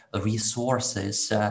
resources